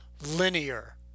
linear